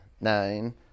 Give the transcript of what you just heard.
nine